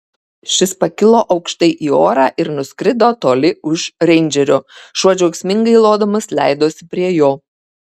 šis pakilo aukštai į orą ir nuskrido toli už reindžerio šuo džiaugsmingai lodamas leidosi prie jo